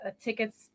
tickets